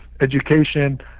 education